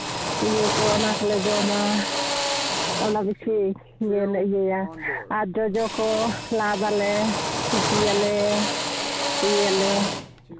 ᱱᱤᱭᱟᱹ ᱠᱚ ᱚᱱᱟ ᱠᱚᱞᱮ ᱡᱚᱢᱟ ᱟᱭᱢᱟ ᱠᱤᱪᱷᱩ ᱤᱭᱟᱹᱞᱮ ᱤᱭᱟᱹᱭᱟ ᱟᱨ ᱡᱚᱡᱚ ᱠᱚ ᱞᱟᱫᱟᱞᱮ ᱥᱤᱯᱤᱭᱟᱞᱮ ᱤᱭᱟᱹ ᱟᱞᱮ